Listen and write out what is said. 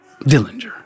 Dillinger